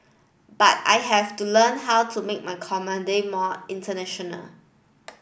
but I have to learn how to make my comedy more international